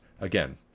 again